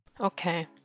Okay